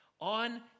On